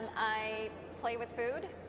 i play with food.